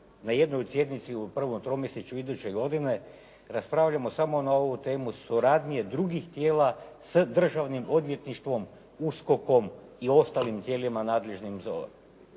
na jednoj od sjednici u prvom tromjesečju iduće godine raspravljamo samo na ovu temu suradnje drugih tijela s Državnim odvjetništvom, USKOK-om i ostalim tijelima nadležnim za